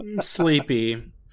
Sleepy